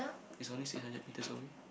it's only six hundred metres away